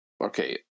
okay